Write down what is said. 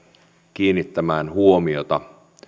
kiinnittämään huomiota